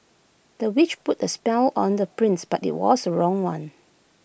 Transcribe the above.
the witch put A spell on the prince but IT was the wrong one